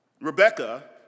Rebecca